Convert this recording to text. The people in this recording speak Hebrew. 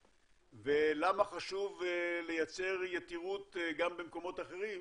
ולמה חשוב לייצר יתירות גם במקומות אחרים,